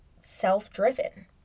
self-driven